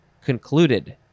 concluded